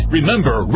Remember